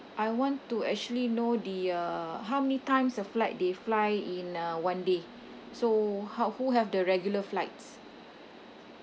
I want to actually know the uh how many times a flight they fly in uh one day so how who have the regular flights